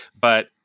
but-